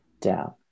down